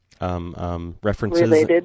References